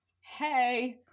hey